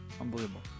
Unbelievable